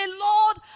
Lord